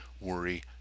worry